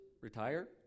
retire